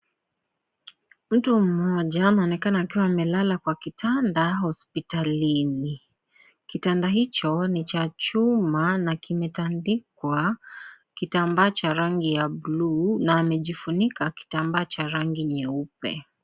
Mtu mmoja anaonekana akiwa amelala kwa kitanda hospitalini. Kitanda hicho, ni cha chuma na kimetandikwa kitambaa cha rangi ya buluu na amejifunika kitambaa cha rangi nyeupe.